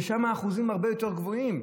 ששם האחוזים הרבה יותר גבוהים.